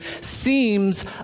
seems